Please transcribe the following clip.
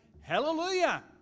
Hallelujah